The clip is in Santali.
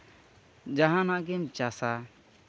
ᱡᱟᱦᱟᱱᱟᱜ ᱜᱮᱢ ᱪᱟᱥᱼᱟ